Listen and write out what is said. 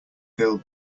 fill